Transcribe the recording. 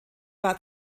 war